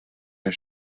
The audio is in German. der